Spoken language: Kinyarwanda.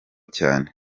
cyane